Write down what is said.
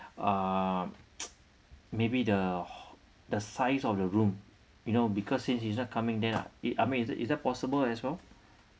uh maybe the ho~ the size of the room you know because since he is not coming then I I mean is that is that possible as well